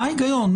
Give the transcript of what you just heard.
מה ההיגיון?